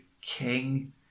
king